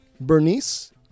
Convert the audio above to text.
Bernice